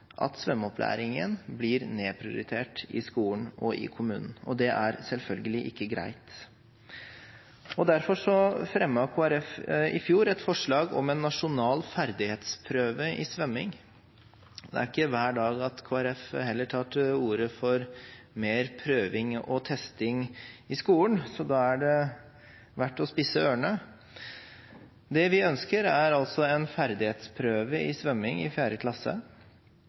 at svømmeopplæringen blir nedprioritert i skolen og i kommunen. Det er selvfølgelig ikke greit. Derfor fremmet Kristelig Folkeparti i 2012 et forslag om en nasjonal ferdighetsprøve i svømming. Det er heller ikke hver dag at Kristelig Folkeparti tar til orde for mer prøving og testing i skolen, så det er verdt å spisse ørene. Det vi ønsker, er en ferdighetsprøve i svømming i 4. klasse,